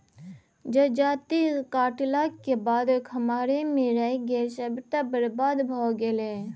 जजाति काटलाक बाद खम्हारे मे रहि गेल सभटा बरबाद भए गेलै